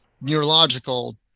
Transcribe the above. neurological